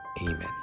Amen